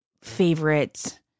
favorite